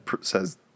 says